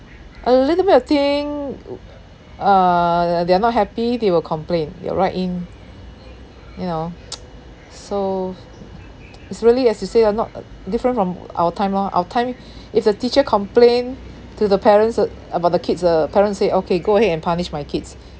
a little bit of thing oo uh that they are not happy they will complain they will write in you know so it's really as you say ah not uh different from our time lor our time if the teacher complain to the parents uh about the kids uh parents will say okay go ahead and punish my kids